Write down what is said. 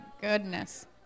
goodness